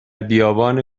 بیابان